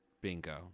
Bingo